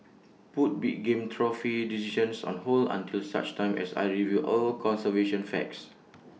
put big game trophy decisions on hold until such time as I review all conservation facts